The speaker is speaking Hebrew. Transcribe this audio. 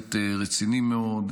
הצוות רציני מאוד,